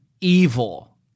evil